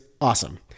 awesome